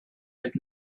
with